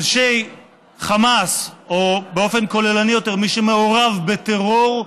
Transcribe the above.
איש חמאס, או באופן כוללני יותר: מי שמעורב בטרור,